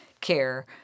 care